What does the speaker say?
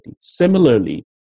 Similarly